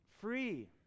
Free